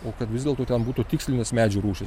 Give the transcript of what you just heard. o kad vis dėlto ten būtų tikslinės medžių rūšys